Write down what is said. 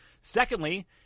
Secondly